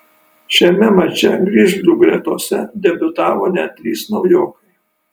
šiame mače grizlių gretose debiutavo net trys naujokai